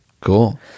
Cool